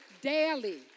daily